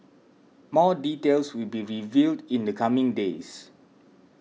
more details will be revealed in the coming days